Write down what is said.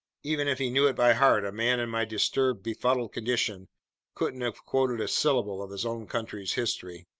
even if he knew it by heart, a man in my disturbed, befuddled condition couldn't have quoted a syllable of his own country's history.